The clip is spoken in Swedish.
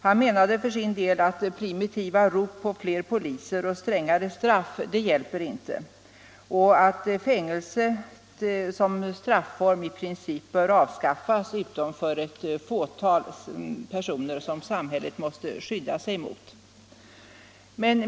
Han menade för sin del att primitiva rop på fler poliser och strängare straff inte hjälper, och att fängelset som strafform i princip bör avskaffas utom för ett fåtal personer som samhället måste skydda sig mot.